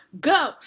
go